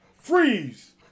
freeze